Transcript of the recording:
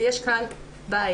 ויש כאן בעיה.